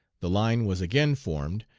the line was again formed,